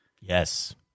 Yes